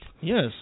Yes